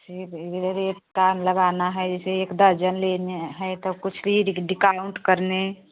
ठीक यह very rate time लगाना है इसे एक दर्जन लेने हैं तो कुछ भी डिकाउंट करने